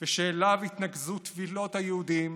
ושאליו התנקזו תפילות היהודים